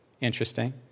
Interesting